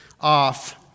off